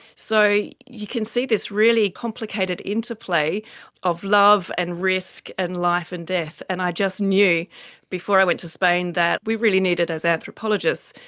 so you can see this really complicated interplay of love and risk and life and death, and i just knew before i went to spain that we really needed, as anthropologists,